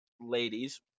ladies